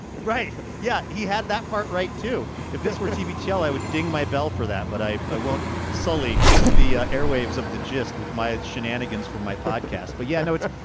right? yeah, he had that part right too. if this were tv channel, i would ding my bell for that. but i i won't sully the ah airwaves of the gist with my shenanigans from my podcast. but yeah. no it's.